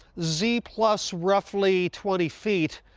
z plus roughy twenty feet.